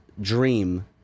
dream